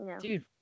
Dude